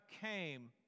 came